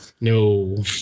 no